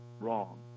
wrong